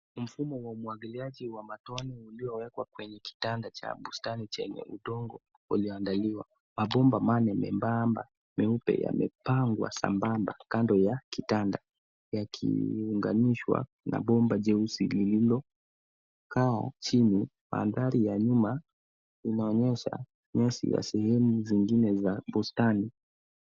Mfumo wa umwagiliaji wa matone uliyowekwa kwenye kitanda cha bustani chenye udongo ulioandaliwa. Mabomba manne mebamba meupe yamepangwa sambamba, kando ya kitanda, yakiunganishwa na bomba jeusi lililokaa chini. Mandhari ya nyuma inaonyesha nyasi ya sehemu zingine za bustani.